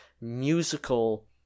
musical